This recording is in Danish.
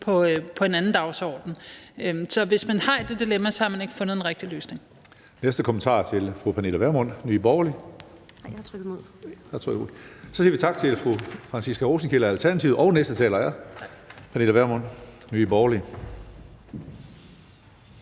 til en anden dagsorden. Så hvis man har det dilemma, har man ikke fundet den rigtige løsning.